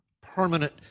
permanent